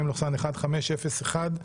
מ/1501,